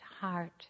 heart